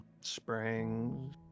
Springs